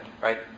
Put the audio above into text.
right